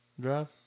Drive